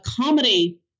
accommodate